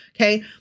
Okay